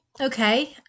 okay